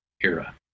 era